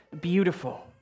beautiful